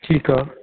ठीकु आहे